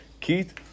Keith